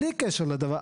בלי קשר לדבר,